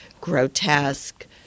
grotesque